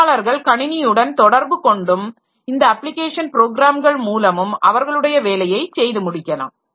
பயனாளர்கள் கணினியுடன் தொடர்பு கொண்டும் இந்த அப்ளிகேஷன் ப்ரோக்ராம்கள் மூலமும் அவர்களுடைய வேலையை செய்து முடிக்கலாம்